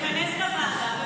לכנס את הוועדה,